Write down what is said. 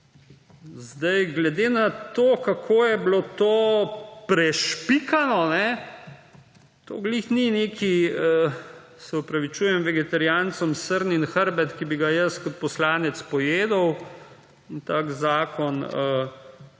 zadevam. Glede na to, kako je bilo to prešpikano, to ni glih nek – se opravičujem vegetarijancem – srnin hrbet, ki bi ga jaz kot poslanec pojedel. In tak zakon zaradi